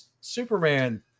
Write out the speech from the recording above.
Superman